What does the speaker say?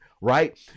right